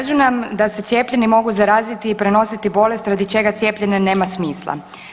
Kažu nam da se cijepljeni mogu zaraziti i prenositi bolest radi čega cijepljenje nema smisla.